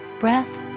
Breath